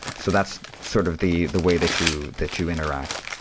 so that's sort of the the way that you that you interact.